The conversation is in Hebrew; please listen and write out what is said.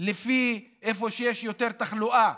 לפי איפה שיש יותר תחלואה.